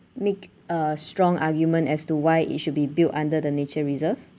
make a strong argument as to why it should be built under the nature reserve